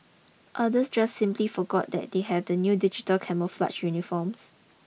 others just simply forgot that they have the new digital camouflage uniforms